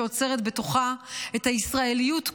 שאוצרת בתוכה את הישראליות כולה,